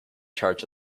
charge